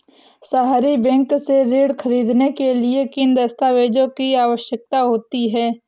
सहरी बैंक से ऋण ख़रीदने के लिए किन दस्तावेजों की आवश्यकता होती है?